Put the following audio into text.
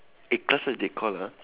A class what they call ha